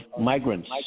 migrants